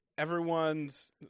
Everyone's